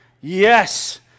Yes